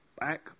back